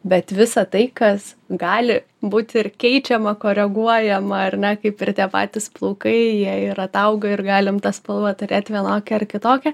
bet visa tai kas gali būt ir keičiama koreguojama ar ne kaip ir tie patys plaukai jie ir atauga ir galim tą spalvą turėt vienokią ar kitokią